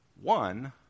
One